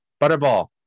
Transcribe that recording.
Butterball